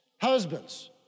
Husbands